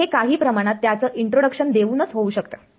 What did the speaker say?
तर हे काही प्रमाणात त्याचं इंट्रोडक्शन देऊनच होऊ शकते